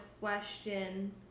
question